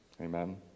Amen